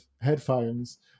headphones